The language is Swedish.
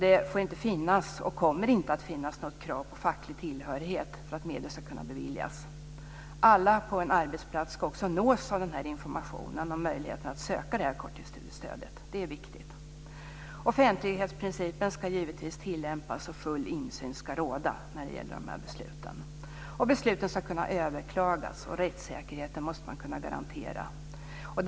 Det får inte finnas, och kommer inte att finnas, något krav på facklig tillhörighet för att medel ska kunna beviljas. Alla på en arbetsplats ska också nås av informationen om möjligheten att söka detta korttidsstudiestöd. Det är viktigt. Offentlighetsprincipen ska givetvis tillämpas, och full insyn ska råda när det gäller dessa beslut. Besluten ska kunna överklagas, och man måste kunna garantera rättssäkerheten.